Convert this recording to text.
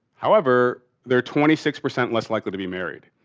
however, they're twenty six percent less likely to be married.